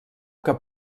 que